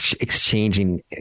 exchanging